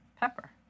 pepper